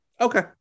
Okay